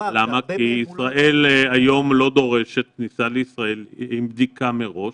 ישראל היום לא דורשת כניסה לישראל עם בדיקה מראש.